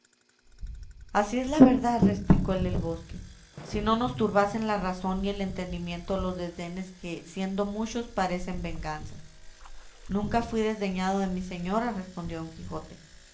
así es la verdad replicó el del bosque si no nos turbasen la razón y el entendimiento los desdenes que siendo muchos parecen venganzas nunca fui desdeñado de mi señora respondió don quijote